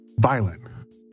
violent